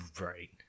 Right